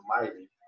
mighty